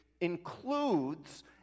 includes